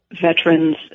veterans